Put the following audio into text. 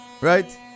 right